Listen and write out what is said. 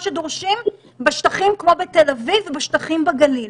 שדורשים בשטחים כמו בתל אביב ובשטחים בגליל.